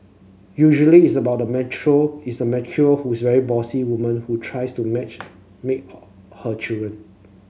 usually it's about the it's a who's a very bossy woman who tries to match make her her children